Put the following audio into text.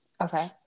Okay